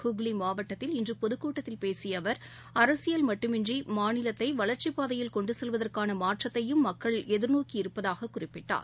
ஹூக்ளி மாவட்டத்தில் இன்று பொதுக்கூட்டத்தில் பேசிய அவர் அரசியல் மட்டுமின்றி மாநிலத்தை வளர்ச்சிப் பாதையில் கொண்டு செல்வதற்கான மாற்றத்தையும் மக்கள் எதிர்நோக்கி இருப்பதாக குறிப்பிட்டார்